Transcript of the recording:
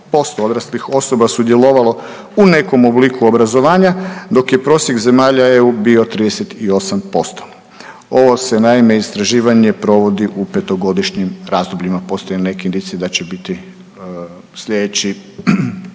31,8% odraslih osoba sudjelovalo u nekom obliku obrazovanja, dok je prosjek zemalja EU bio 38%. Ovo se naime istraživanje provodi u petogodišnjim razdobljima, postoje neke indicije da će biti slijedeći